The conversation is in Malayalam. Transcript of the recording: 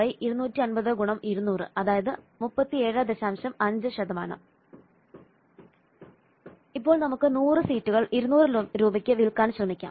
വരുമാനം 250×75 250 ×200 37 ഇപ്പോൾ നമുക്ക് 100 സീറ്റുകൾ 200 രൂപയ്ക്ക് വിൽക്കാൻ ശ്രമിക്കാം